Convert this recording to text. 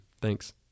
Thanks